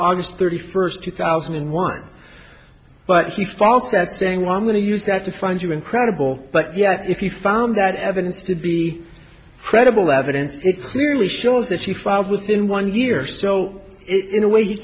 august thirty first two thousand and one but he spouts that saying well i'm going to use that to find you incredible but yet if you found that evidence to be credible evidence it clearly shows that she filed within one year so it in a way